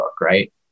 right